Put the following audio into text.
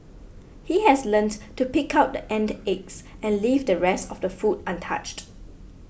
he has learnt to pick out the ant eggs and leave the rest of the food untouched